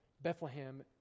Bethlehem